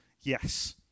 yes